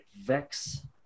Vex